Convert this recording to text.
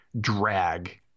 drag